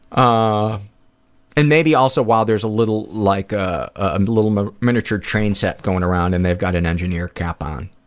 ah and maybe also while, there's a little, like, ah and little um ah miniature train set going around and they've got an engineer cap on.